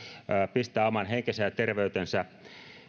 pistää oman henkensä ja terveytensä